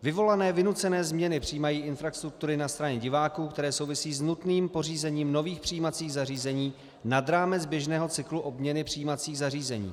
Vyvolané vynucené změny přijímací infrastruktury na straně diváků, které souvisí s nutným pořízením nových přijímacích zařízení nad rámec běžného cyklu obměnu přijímacích zařízení.